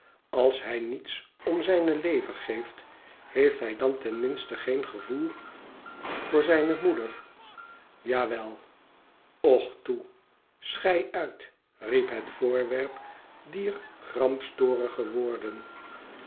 als hij niets om zijne lever geeft heeft hij dan ten minste geen gevoel voor zijne moeder ja wel och toe schei uit riep het voorwerp dier gramstorige woorden